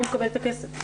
הוא מקבל את הכסף.